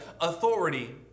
authority